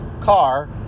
car